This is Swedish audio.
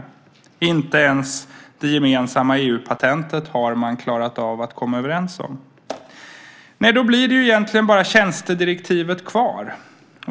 Inte ens det gemensamma EU-patentet har man klarat av att komma överens om. Då blir det egentligen bara tjänstedirektivet kvar.